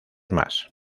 más